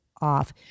off